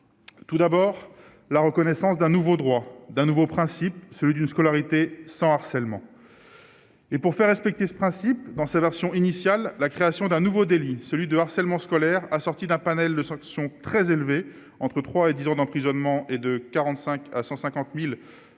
tout d'abord la reconnaissance d'un nouveau droit d'un nouveau principe, celui d'une scolarité sans harcèlement. Et pour faire respecter ce principe dans sa version initiale, la création d'un nouveau délit : celui de harcèlement scolaire assorties d'un panel de sanctions très élevé entre 3 et 10 ans d'emprisonnement et de 45 à 150000